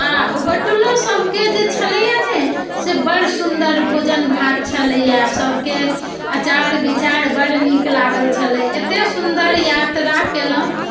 आ होटलो सबके जे छलैया ने से बड़ सुंदर भोजन भात छलैया सबके अचार विचार बड़ नीक लागल छलै एतेक सुंदर यात्रा कयलहुँ जे